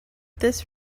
this